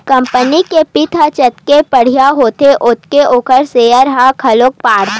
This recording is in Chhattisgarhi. कंपनी के बित्त ह जतके बड़िहा होथे ओतके ओखर सेयर ह घलोक बाड़थे